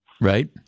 Right